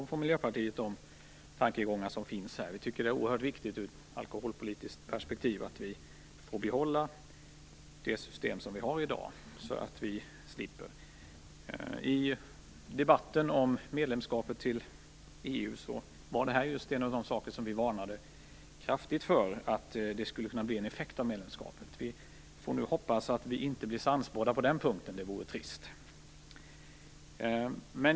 Miljöpartiet står bakom de tankegångar som uttrycks i reservationerna. Vi tycker att det ur ett alkoholpolitiskt perspektiv är oerhört viktigt att vi får behålla det system vi har i dag. I debatten om medlemskapet i EU varnade vi just kraftigt för att det här skulle kunna bli en effekt av medlemskapet. Vi får nu hoppas att vi inte blir sannspådda på den punkten. Det vore trist.